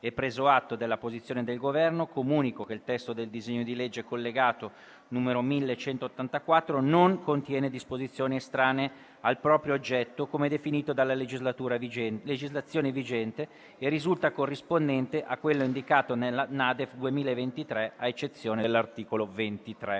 e preso atto della posizione del Governo, comunico che il testo del disegno di legge collegato n. 1184 non contiene disposizioni estranee al proprio oggetto, come definito dalla legislazione vigente, e risulta corrispondente a quello indicato nella NADEF 2023, ad eccezione dell'articolo 23.